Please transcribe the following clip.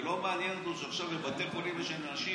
ולא מעניין שעכשיו בבתי חולים יש אנשים